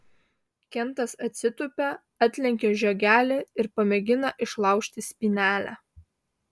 kentas atsitūpia atlenkia žiogelį ir pamėgina išlaužti spynelę